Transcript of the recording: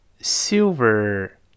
Silver